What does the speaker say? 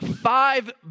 five